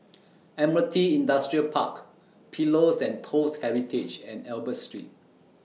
Admiralty Industrial Park Pillows and Toast Heritage and Albert Street